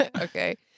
Okay